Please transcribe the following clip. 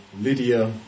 Lydia